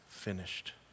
finished